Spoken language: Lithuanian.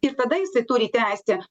ir tada jisai turi teisę